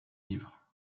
livres